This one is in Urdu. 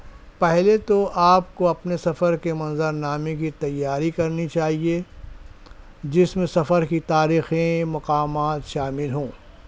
پہلے تو آپ کو اپنے سفر کے منظر نامے کی تیاری کرنی چاہیے جس میں سفر کی تاریخی مقامات شامل ہوں